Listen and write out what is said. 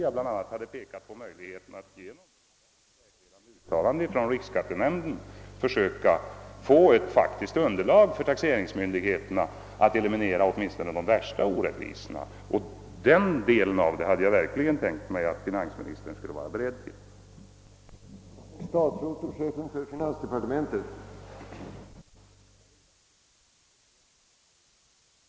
Det är bl.a. därför som jag har pekat på önskvärdheten av att genom ett klart och vägledande uttalande från riksskattenämndens sida skapa ett faktiskt underlag för taxeringsmyndigheterna att eliminera åtminstone de värsta orättvisorna. Och beträffande den detaljen hade jag verkligen tänkt mig att finansministern skulle vara beredd att gå mig till mötes.